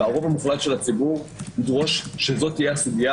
והרוב המוחלט של הציבור ידרוש שזאת תהיה הסוגיה